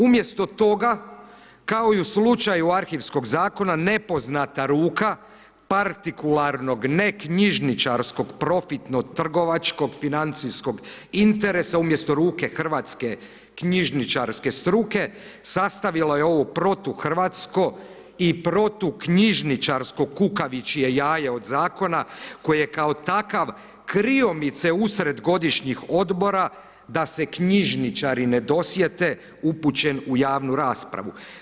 Umjesto toga, kao i u slučaju arhivskog zakona, nepoznata ruka partikularnog ne knjižničarskog profitno-trgovačko-financijskog interesa, umjesto ruke hrvatske knjižničarske struke, sastavila je ovu protuhrvatsko i protuknjižničarsko kukavičje jaje od zakona koje kao takav kriomice usred godišnjeg odmora, da se knjižničari ne dosjete upućen u javnu raspravu.